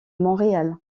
montréal